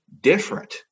different